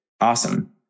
Awesome